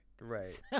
Right